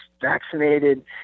vaccinated